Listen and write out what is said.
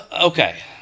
Okay